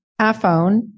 iPhone